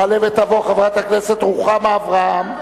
תעלה ותבוא חברת הכנסת רוחמה אברהם.